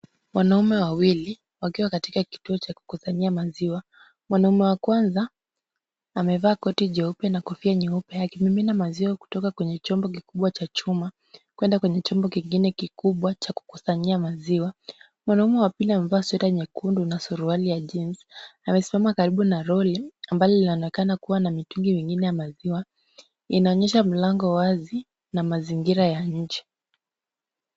Wanaume wawili wakiwa katika kituo cha kukusanyia maziwa. Mwanamume wa kwanza amevaa koti jeupe na kofia nyeupe akimimina maziwa kutoka kwenye chombo kikubwa cha chuma, kwenda kwenye chombo kingine kikubwa cha kukusanyia maziwa. Mwanamume wa pili amevaa sweta nyekundu na suruali ya jeans . Amesimama karibu na lori ambalo linaonekana kuwa na mitungi mingine ya maziwa. Inaonyesha mlango wazi na mazingira ya nje.